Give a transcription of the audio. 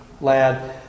lad